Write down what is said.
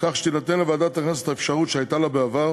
כך שתינתן לוועדת הכנסת האפשרות שהייתה לה בעבר